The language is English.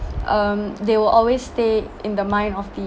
um they will always stay in the mind of the